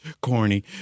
corny